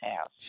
house